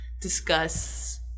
discuss